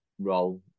role